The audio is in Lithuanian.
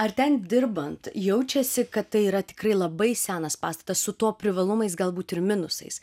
ar ten dirbant jaučiasi kad tai yra tikrai labai senas pastatas su tuo privalumais galbūt ir minusais